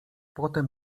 potem